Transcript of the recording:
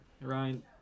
ryan